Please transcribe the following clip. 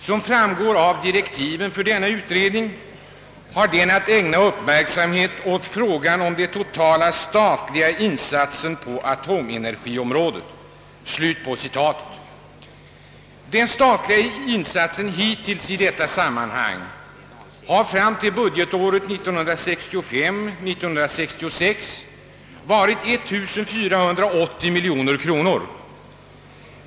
Som framgår av direktiven för denna utredning har den att ägna uppmärksamhet åt frågan om den totala statliga insatsen på atomenergiområdet.» Den statliga insatsen hittills i detta sammanhang har fram till budgetåret 1965/66 varit 1480 miljoner kronor.